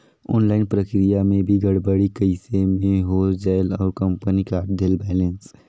Online प्रक्रिया मे भी गड़बड़ी कइसे मे हो जायेल और कंपनी काट देहेल बैलेंस?